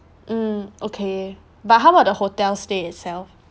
mm okay but how about the hotel stay itself